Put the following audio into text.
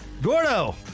Gordo